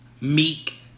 Meek